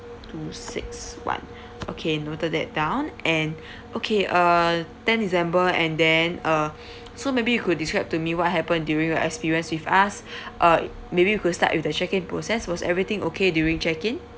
two six one okay noted that down and okay uh tenth december and then uh so maybe you could describe to me what happened during your experience with us uh maybe you could start with the check in process was everything okay during check in